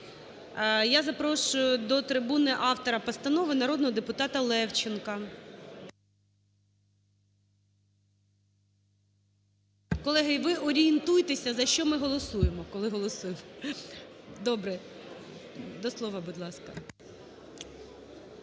Я запрошую до трибуни автора постанови народного депутата Левченка. Колеги, ви орієнтуйтеся, за що ми голосуємо, коли голосуємо. Добре. До слова, будь ласка.